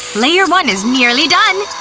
layer one is nearly done!